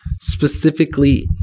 specifically